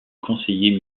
conseiller